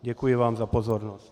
Děkuji vám za pozornost.